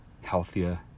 healthier